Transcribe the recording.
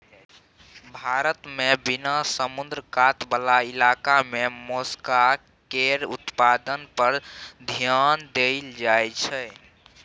भारत मे बिना समुद्र कात बला इलाका मे मोलस्का केर उत्पादन पर धेआन देल जाइत छै